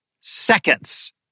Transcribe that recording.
seconds